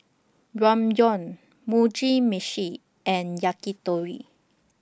Ramyeon Mugi Meshi and Yakitori